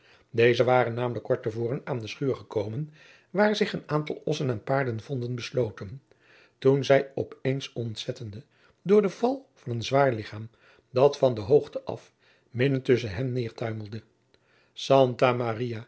deze waren namelijk kort te voren aan de schuur gekomen waar zich een aantal ossen en paarden vonden besloten toen zij op eens ontzetteden door den val van een zwaar lichaam dat van de hoogte af midden tusschen hen nedertuimelde santa maria